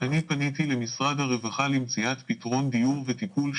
אני פניתי למשרד הרווחה למציאות פתרון דיור וטיפול.